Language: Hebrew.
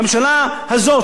הממשלה הזאת,